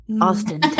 austin